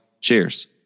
cheers